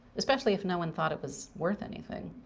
especially if no one thought it was worth anything.